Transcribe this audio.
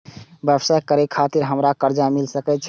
व्यवसाय करे खातिर हमरा कर्जा मिल सके छे?